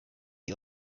ihr